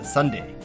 Sunday